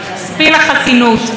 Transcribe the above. ספין החסינות.